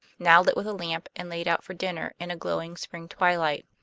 now lit with a lamp and laid out for dinner in a glowing spring twilight.